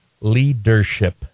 Leadership